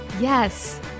Yes